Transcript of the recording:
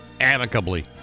Amicably